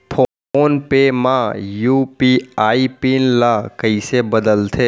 Phone पे म UPI pin ल कइसे बदलथे?